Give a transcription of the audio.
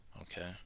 okay